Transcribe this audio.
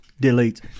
delete